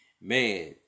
Man